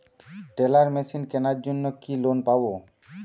Teller machine কেনার জন্য কি লোন পাব?